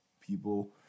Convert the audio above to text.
people